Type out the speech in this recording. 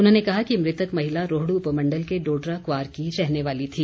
उन्होंने कहा कि मृतक महिला रोहडू उपमंडल के डोडरा क्वार की रहने वाली थी